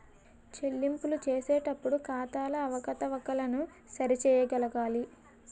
చెల్లింపులు చేసేటప్పుడు ఖాతాల అవకతవకలను సరి చేయగలగాలి